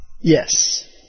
Yes